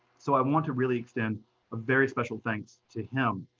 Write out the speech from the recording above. so i want to really extend a very special thanks to him.